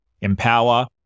empower